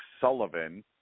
Sullivan